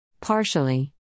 Partially